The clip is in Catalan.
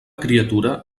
criatura